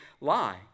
lie